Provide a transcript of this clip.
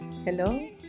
Hello